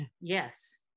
Yes